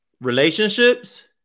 Relationships